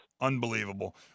Unbelievable